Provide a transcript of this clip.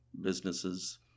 businesses